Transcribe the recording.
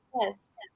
Yes